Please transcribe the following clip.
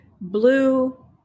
blue